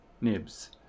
nibs